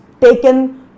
taken